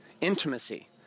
intimacy